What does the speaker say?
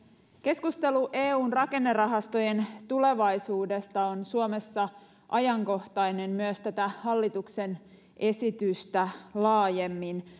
keskustelu eun rakennerahastojen tulevaisuudesta on suomessa ajankohtainen myös tätä hallituksen esitystä laajemmin